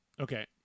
Okay